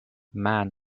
man